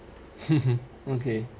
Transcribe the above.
okay